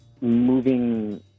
moving